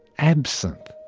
absinthe,